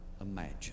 imagine